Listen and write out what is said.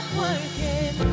working